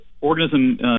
organism